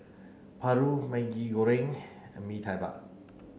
Paru Maggi Goreng and Mee Tai Bak